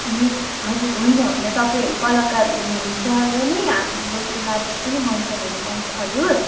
ए हजुर होइन होइन तपाईँहरू कलाकार हुनु हुन्छ र नै हाम्रो त्यो नाटक पनि मञ्चन हुनु पाउँछ हजुर